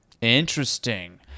Interesting